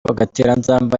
agatereranzamba